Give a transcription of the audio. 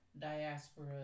diaspora